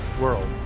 World